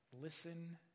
Listen